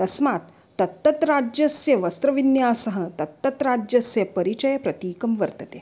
तस्मात् तत्तद्राज्यस्य वस्त्रविन्यासः तत्तद्राज्यस्य परिचयप्रतीकं वर्तते